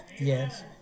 Yes